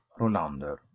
Rolander